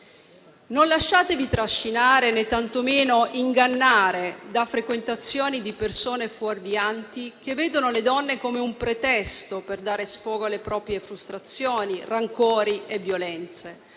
Non lasciatevi trascinare, né tantomeno ingannare da frequentazioni di persone fuorvianti, che vedono le donne come un pretesto per dare sfogo alle proprie frustrazioni, ai propri rancori e violenze.